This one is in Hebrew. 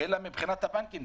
אלא שזה קרה גם מבחינת הבנקים.